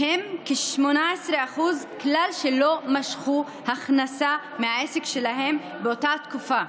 ומהם כ-18% כלל לא משכו הכנסה מהעסק שלהם באותה תקופה.